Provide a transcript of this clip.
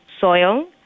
soil